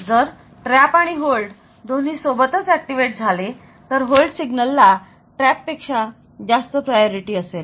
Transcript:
जर TRAP आणि hold दोन्ही सोबतच ऍक्टिव्हेट झाले तर होल्ड सिग्नल ला TRAP पेक्षा जास्त प्राधान्य असेल